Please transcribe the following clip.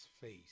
face